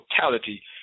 totality